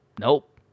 Nope